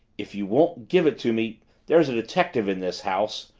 if you won't give it to me there's a detective in this house,